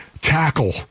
tackle